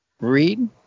read